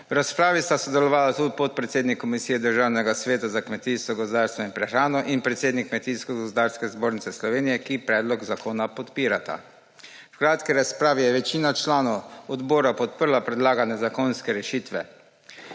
V razpravi sta sodelovala podpredsednik Komisije za kmetijstvo, gozdarstvo in prehrano Državnega sveta in predsednik Kmetijsko gozdarske zbornice Slovenije, ki predlog zakona podpirata. V kratki razpravi je večina članov odbora podprla predlagane zakonske rešitve.